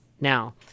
Now